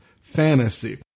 fantasy